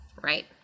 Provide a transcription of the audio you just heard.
Right